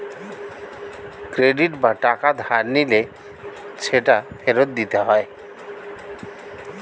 credit বা টাকা ধার নিলে সেটা ফেরত দিতে হয়